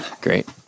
Great